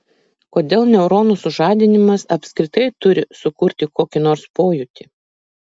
kodėl neuronų sužadinimas apskritai turi sukurti kokį nors pojūtį